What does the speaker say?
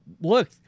look